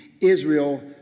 Israel